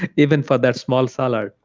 even for that small salad,